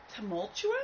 tumultuous